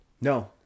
No